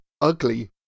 ugly